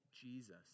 Jesus